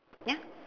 ya